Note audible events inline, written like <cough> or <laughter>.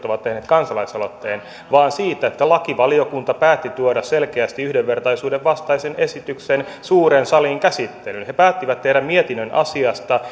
<unintelligible> ovat tehneet kansalaisaloitteen vaan siitä että lakivaliokunta päätti tuoda selkeästi yhdenvertaisuuden vastaisen esityksen suureen saliin käsittelyyn he päättivät tehdä mietinnön asiasta <unintelligible>